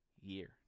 year